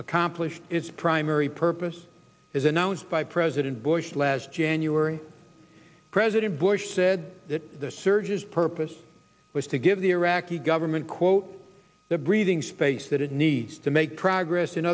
accomplished its primary purpose as announced by president bush last january president bush said that the surge is purpose was to give the iraqi government quote the breathing space that it needs to make progress in